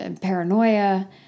paranoia